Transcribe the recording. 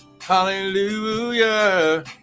hallelujah